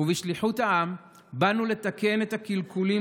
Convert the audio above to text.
בשליחות העם באנו לתקן את הקלקולים,